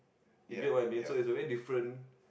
you get what I mean so is a very different